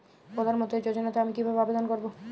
প্রধান মন্ত্রী যোজনাতে আমি কিভাবে আবেদন করবো?